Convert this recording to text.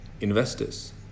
investors